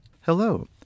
Hello